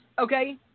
okay